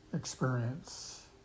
experience